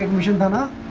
region but